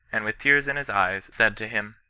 and with tears in his eyes, said to him,